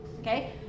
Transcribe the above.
okay